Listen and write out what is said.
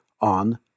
on